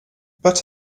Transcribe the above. but